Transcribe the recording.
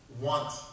want